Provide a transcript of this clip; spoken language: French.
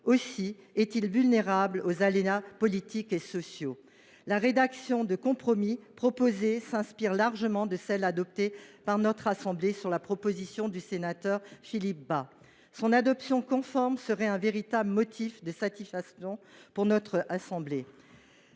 Aussi est il vulnérable aux aléas politiques et sociaux. La rédaction de compromis proposée s’inspire largement de celle qui a été adoptée par notre assemblée sur proposition du sénateur Philippe Bas. Son adoption conforme serait un véritable motif de satisfaction pour notre assemblée.